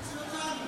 תוציא אותו.